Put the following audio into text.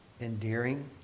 endearing